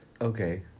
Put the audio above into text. Okay